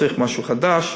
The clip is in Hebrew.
צריך משהו חדש.